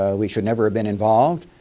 ah we should've never have been involved.